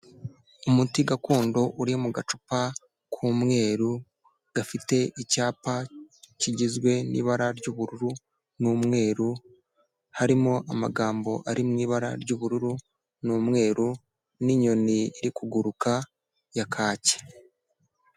Umuti gakondo uri mu gacupa k'umweru, gafite icyapa kigizwe n'ibara ry'ubururu, n'umweru, harimo amagambo ari mu ibara ry'ubururu n'umweru, n'inyoni iri kuguruka ya kaki.